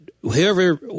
whoever